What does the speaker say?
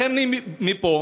לכן מפה